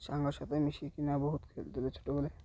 ସାଙ୍ଗସାଥେ ମିଶିକିନା ବହୁତ ଖେଳୁଥିଲୁ ଛୋଟବେଲେ